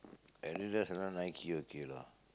Adidas if not Nike okay lah